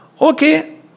Okay